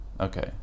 Okay